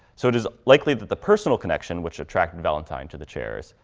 so it is likely that the personal connection which attracted valentine to the chairs,